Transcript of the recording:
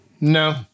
No